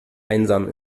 einsam